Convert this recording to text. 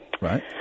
Right